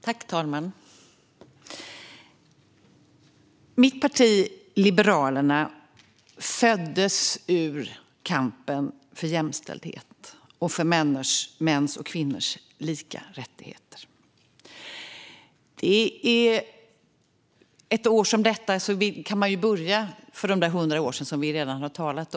Fru talman! Mitt parti, Liberalerna, föddes ur kampen för jämställdhet och för mäns och kvinnors lika rättigheter. Ett år som detta kan man gå tillbaka 100 år, vilket vi redan har gjort här i debatten.